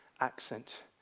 accent